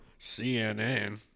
CNN